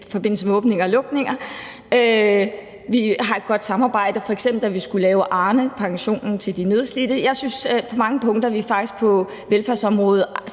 i forbindelse med åbningsdebat og afslutningsdebat. Vi har et godt samarbejde, f.eks. da vi skulle lave Arnepensionen til de nedslidte. Jeg synes, at vi på mange punkter på velfærdsområdet